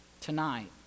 tonight